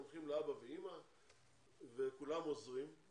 אתם הולכים לאבא ואימא וכולם עוזרים אבל